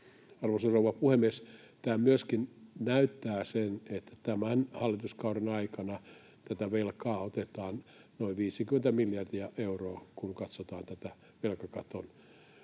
Arvoisa rouva puhemies! Tämä myöskin näyttää sen, että tämän hallituskauden aikana tätä velkaa otetaan noin 50 miljardia euroa, kun katsotaan tätä velkakaton